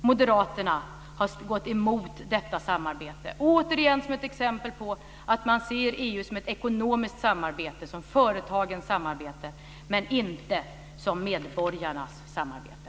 Moderaterna har gått emot detta samarbete - återigen ett exempel på att man ser EU som ett ekonomiskt samarbete, ett företagens samarbete, inte som medborgarnas samarbete.